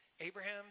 Abraham